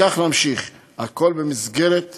וכך נמשיך, הכול במסגרת ההלכה,